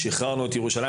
שיחררנו את ירושלים.